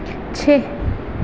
چھ